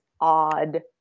odd